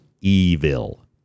evil